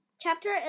chapter